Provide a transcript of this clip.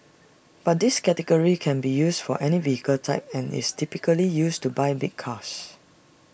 but this category can be used for any vehicle type and is typically used to buy big cars